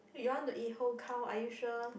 wait you want to eat whole cow are you sure